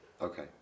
Okay